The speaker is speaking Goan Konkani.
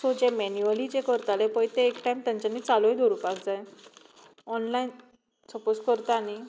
सो जे मेन्युअली करताले पळय ते एक टायम तांच्यानी चालूय दवरपाक जाय ऑनलायन सपोज करता न्हय